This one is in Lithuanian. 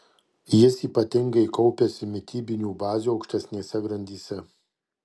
jis ypatingai kaupiasi mitybinių bazių aukštesnėse grandyse